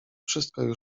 wszystko